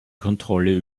kontrolle